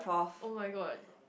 oh-my-God